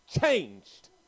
changed